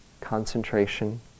concentration